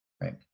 Right